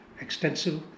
extensive